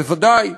בוודאי.